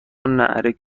ﺷﯿﺮﺍﻥ